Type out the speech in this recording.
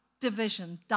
division